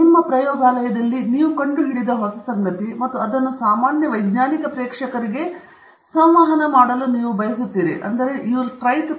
ನಿಮ್ಮ ಪ್ರಯೋಗಾಲಯದಲ್ಲಿ ನೀವು ಕಂಡುಹಿಡಿದ ಹೊಸ ಸಂಗತಿ ಮತ್ತು ಅದನ್ನು ಸಾಮಾನ್ಯ ವೈಜ್ಞಾನಿಕ ಪ್ರೇಕ್ಷಕರಿಗೆ ಸಂವಹನ ಮಾಡಲು ನೀವು ಬಯಸುತ್ತೀರಿ